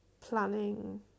planning